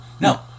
No